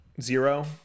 Zero